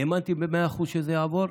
שהאמנתי במאה אחוז שזה יעבור?